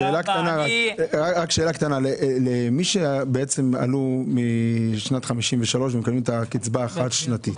יש לי שאלה קטנה: לגבי מי שעלו משנת 1953 ומקבלים את הקצבה אחת לשנה,